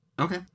Okay